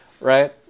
right